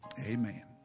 Amen